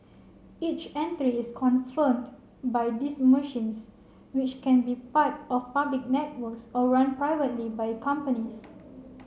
each entry is confirmed by these machines which can be part of public networks or run privately by companies